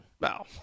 Wow